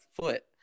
foot